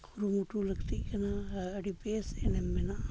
ᱠᱩᱨᱩᱢᱩᱴᱩ ᱞᱟᱹᱠᱛᱤᱜ ᱠᱟᱱᱟ ᱟᱨ ᱟᱹᱰᱤ ᱵᱮᱥ ᱮᱱᱮᱢ ᱢᱮᱱᱟᱜᱼᱟ